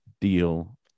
deal